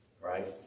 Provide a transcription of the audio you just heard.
right